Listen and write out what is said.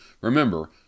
Remember